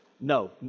No